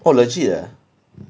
!wah! legit ah